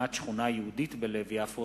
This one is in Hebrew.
הקמת שכונה יהודית בלב יפו,